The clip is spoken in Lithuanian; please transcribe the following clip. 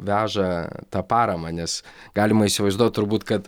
veža tą paramą nes galima įsivaizduot turbūt kad